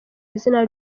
izina